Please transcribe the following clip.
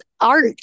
art